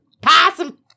Possum